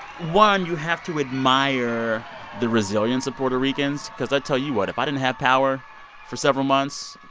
one, you have to admire the resilience of puerto ricans because i tell you what if i didn't have power for several months,